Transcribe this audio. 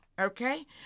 Okay